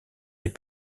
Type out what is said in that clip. les